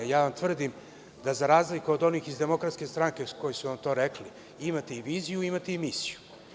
Ja vam tvrdim da za razliku od onih iz DS, koji su vam to rekli, imate i viziju, imate i misiju.